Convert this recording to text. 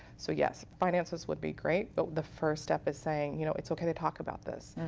so yes, finances would be great. but the first step is saying, you know it's okay to talk about this.